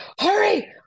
hurry